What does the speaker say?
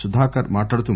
సుధాకర్ మాట్లాడుతూ